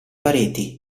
pareti